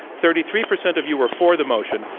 thirty three percent of you were for the motion.